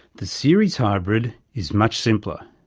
the series hybrid is much simpler.